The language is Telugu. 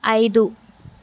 ఐదు